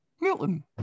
Milton